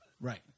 Right